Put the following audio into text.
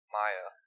Maya